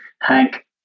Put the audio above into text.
Hank